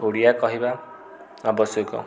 ଓଡ଼ିଆ କହିବା ଆବଶ୍ୟକ